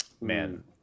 Man